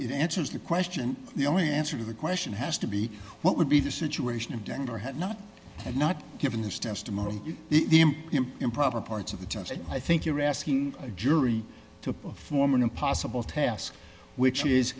it answers the question the only answer the question has to be what would be the situation in denver have not had not given this testimony the improper parts of the terms and i think you're asking a jury to perform an impossible task which is